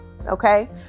okay